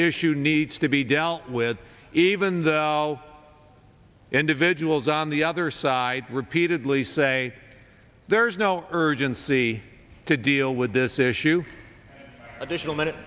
issue needs to be dealt with even the individuals on the other side repeatedly say there's no urgency to deal with this issue additional minute